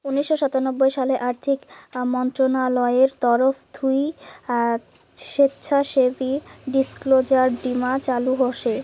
উনিশশো সাতানব্বই সালে আর্থিক মন্ত্রণালয়ের তরফ থুই স্বেচ্ছাসেবী ডিসক্লোজার বীমা চালু হসে